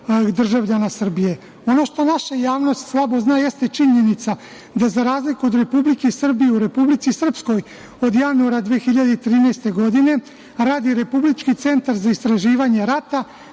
državljana Srbije. Ono što naša javnost slabo zna jeste i činjenica da za razliku od Republike Srbije i u Republici Srpskoj od januara 2013. godine radi Republički centar za istraživanje rata,